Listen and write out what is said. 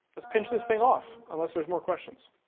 let's pinch this thing off unless there's more questions.